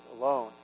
alone